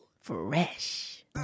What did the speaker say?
Fresh